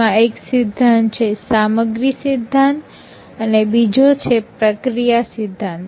તેમાં એક સિદ્ધાંત છે સામગ્રી સિદ્ધાંત અને બીજો છે પ્રક્રિયા સિદ્ધાંત